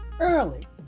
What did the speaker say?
early